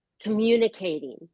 communicating